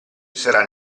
sarà